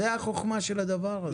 זו החוכמה בדבר הזה.